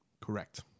Correct